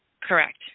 correct